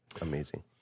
amazing